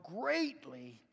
greatly